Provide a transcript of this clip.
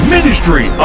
Ministry